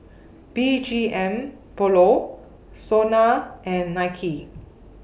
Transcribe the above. B G M Polo Sona and Nike